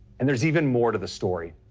and there's even more to the story.